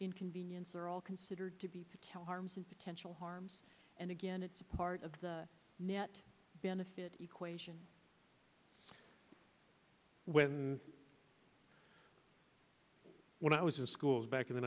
inconvenience or all considered to be to tell harms of potential harms and again it's part of the net benefit equation when when i was in schools back in the